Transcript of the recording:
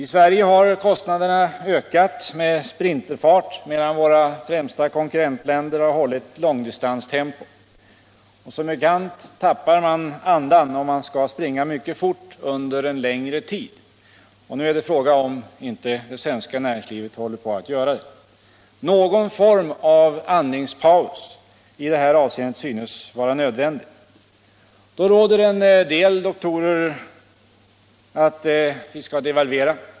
I Sverige har kostnaderna ökat med sprinterfart, medan våra främsta konkurrentländer har hållit långdistanstempo. Som bekant tappar man andan, om man skall springa mycket fort under en längre tid. Och nu är det fråga om huruvida inte det svenska näringslivet håller på att göra det. Någon form av andningspaus i det här avseendet synes vara nödvändig. Då råder oss en del ”doktorer” att devalvera.